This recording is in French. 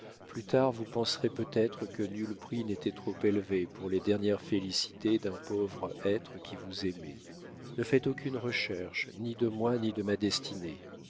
plus tard vous penserez peut-être que nul prix n'était trop élevé pour les dernières félicités d'un pauvre être qui vous aimait ne faites aucune recherche ni de moi ni de ma destinée